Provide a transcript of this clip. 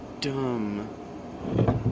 dumb